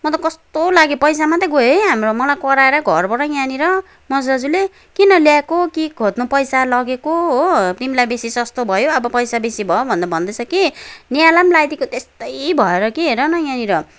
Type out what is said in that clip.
म त कस्तो लाग्यो पैसा मात्रै गयो है हाम्रो मलाई कराएर घरबाट यहाँनिर मजेस दाजुले किन ल्याएको के खोज्नु पैसा लगेको हो तिमीलाई बेसी सस्तो भयो अब पैसा बेसी भयो भनेर भन्दैछ कि नेहालाई पनि लगाइदिएको त्यस्तै भएर कि हेरन यहाँनिर